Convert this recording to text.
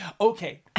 Okay